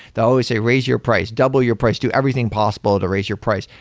they'll always say raise your price. double your price. do everything possible to raise your price.